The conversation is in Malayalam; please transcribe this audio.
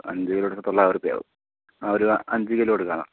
അഞ്ച് കിലോ എടുത്താൽ തൊള്ളായിരത്തി ആവും ഒരു അഞ്ച് കിലോ എടുക്കം എന്നാൽ